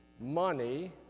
money